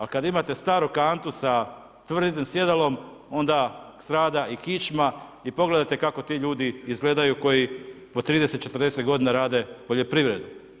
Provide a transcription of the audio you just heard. A kada imate staru kantu sa tvrdim sjedalom onda strada i kičma i pogledajte kako ti ljudi izgledaju, koji po 30-40 g. rade poljoprivredu.